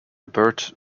burt